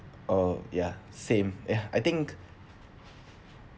uh ya same ya I think